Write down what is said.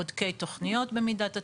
בודקי תוכניות במידת הצורך.